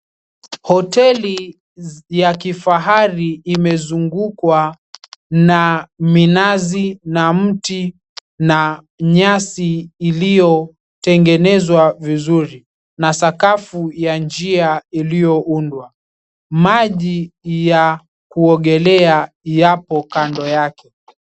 Hoteli ya kifahari imezungukwa na minazi na mti na nyasi iliyotengenezwa vizuri na sakafu ya njia iliyoundwa. Maji ya kuogelea yapo kando yake.